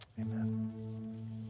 Amen